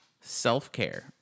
self-care